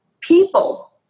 people